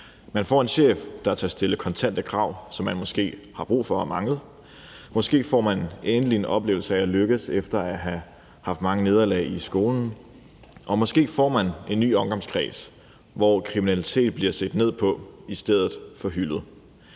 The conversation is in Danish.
Man får en chef, der tør stille kontante krav, som man måske har brug for og manglet. Måske får man endelig en oplevelse af at lykkes efter at have haft mange nederlag i skolen. Og måske får man en ny omgangskreds, hvor kriminalitet bliver set ned på i stedet for hyldet.